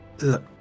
Look